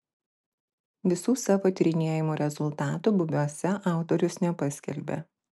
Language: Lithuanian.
visų savo tyrinėjimų rezultatų bubiuose autorius nepaskelbė